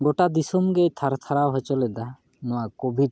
ᱜᱚᱴᱟ ᱫᱤᱥᱚᱢ ᱜᱮᱭ ᱛᱷᱟᱨ ᱛᱷᱟᱨᱟᱣ ᱦᱚᱪᱚ ᱞᱮᱫᱟ ᱱᱚᱣᱟ ᱠᱳᱵᱷᱤᱴ